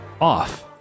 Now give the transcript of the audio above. off